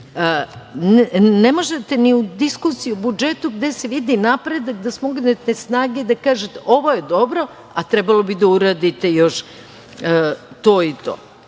ne možete ni u diskusiji o budžetu gde se vidi napredak da smognete snage i da kažete – ovo je dobro, a trebalo bi da uradite još to i